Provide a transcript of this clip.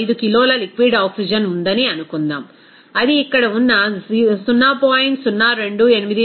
5 కిలోల liquid oxygen ఉందని అనుకుందాం అది ఇక్కడ ఉన్న 0